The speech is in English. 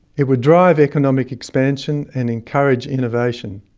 it would drive economic expansion and encourage innovation.